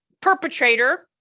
perpetrator